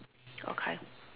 okay